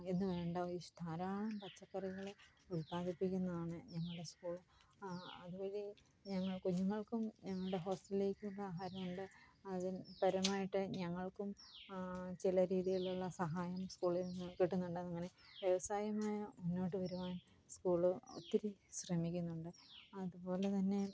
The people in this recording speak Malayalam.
എന്ന് വേണ്ട ഇഷ്ടം ധാരാളം പച്ചക്കറികളെ ഉല്പ്പദിപ്പിക്കുന്നതാണ് ഞങ്ങളുടെ സ്കൂള് അതുവഴി ഞങ്ങള് കുഞ്ഞുങ്ങള്ക്കും ഞങ്ങളുടെ ഹോസ്റ്റലിലേക്കുമുള്ള ആഹാരമുണ്ട് അതിൽപരമായിട്ട് ഞങ്ങള്ക്കും ചില രീതിയിലുള്ള സഹായം സ്കൂളില്നിന്ന് കിട്ടുന്നുണ്ടങ്ങനെ വ്യവസായമായ മുന്നോട്ട് വരുവാന് സ്കൂള് ഒത്തിരി ശ്രമിക്കുന്നുണ്ട് അതുപോലെത്തന്നെ